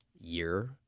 year